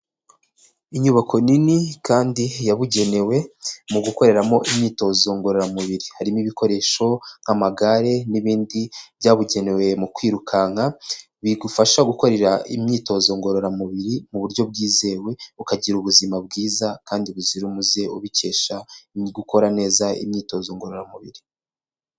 Inyubako nini kandi yabugenewe mu gukoreramo imyitozo ngororamubiri. Harimo ibikoresho nk'amagare n'ibindi byabugenewe mu kwirukanka, bigufasha gukorera imyitozo ngororamubiri mu buryo bwizewe, ukagira ubuzima bwiza kandi buzira umuze ubikesha gukora neza imyitozo ngororamubiri.